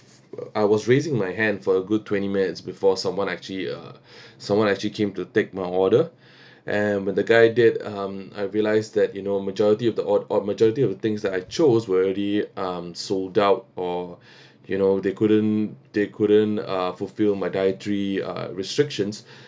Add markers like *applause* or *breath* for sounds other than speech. *noise* I was raising my hand for a good twenty minutes before someone actually uh *breath* someone actually came to take my order *breath* and when the guy did um I realise that you know majority of the ord~ ord~ majority of things that I chose were already um sold out or *breath* you know they couldn't they couldn't uh fulfil my dietary uh restrictions